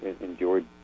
enjoyed